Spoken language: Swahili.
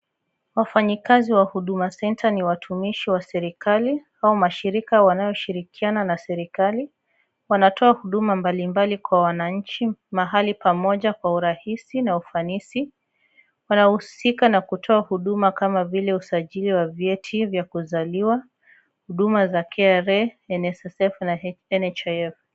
Wafanyakazi wa Huduma Centre ni watumishi wa serikali au mashirika wanaoshirikiana na serikali. Wanatoa huduma mbalimbali kwa wananchi, mahali pamoja kwa urahisi na ufanisi. Wanahusika katika kutoa huduma kama vile usajili wa vyeti vya kuzaliwa, huduma za KRA, NSSF na NHIF.